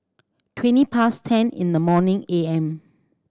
twenty past ten in the morning A M